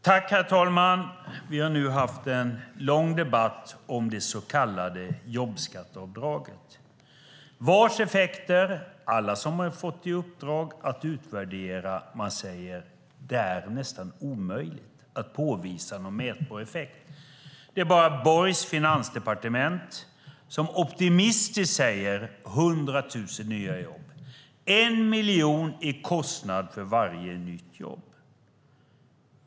Herr talman! Vi har nu haft en lång debatt om det så kallade jobbskatteavdraget. Alla som har fått i uppdrag att utvärdera dess effekter säger att det nästan är omöjligt att påvisa någon mätbar effekt. Det är bara Borgs finansdepartement som optimistiskt säger: 100 000 nya jobb. 1 miljon i kostnad för varje nytt jobb.